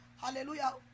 Hallelujah